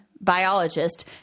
biologist